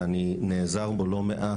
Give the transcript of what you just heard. ואני נעזר בו לא מעט,